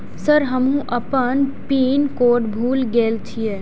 Sir हमू अपना pin code भूल गेल जीये?